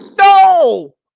No